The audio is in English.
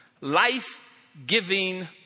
life-giving